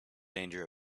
danger